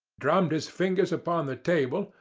drummed his fingers upon the table,